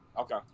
Okay